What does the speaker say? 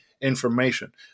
information